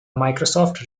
microsoft